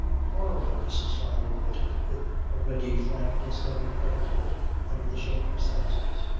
horrible, mrs. fyne admitted with a ready frankness very creditable under the circumstances,